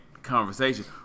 Conversation